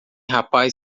rapaz